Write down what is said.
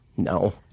No